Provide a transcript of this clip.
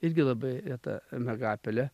irgi labai reta miegapelė